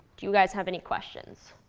do you guys have any questions?